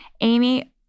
Amy